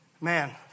Man